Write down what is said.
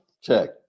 Check